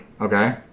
Okay